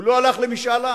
הוא לא הלך למשאל עם,